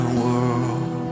world